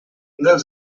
dels